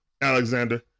Alexander